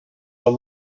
are